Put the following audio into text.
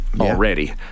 already